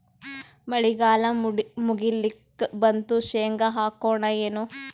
ಮಳಿಗಾಲ ಮುಗಿಲಿಕ್ ಬಂತು, ಶೇಂಗಾ ಹಾಕೋಣ ಏನು?